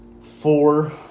Four